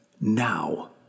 now